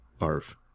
ARF